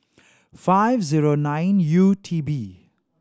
five zero nine U T B